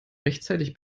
rechtzeitig